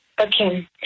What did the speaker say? Okay